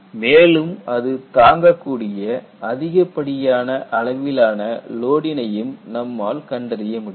மேலும் அது தாங்கக்கூடிய அதிகப்படியான அளவிலான லோடினையும் நம்மால் கண்டறிய முடியும்